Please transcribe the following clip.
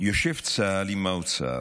יושב צה"ל עם האוצר,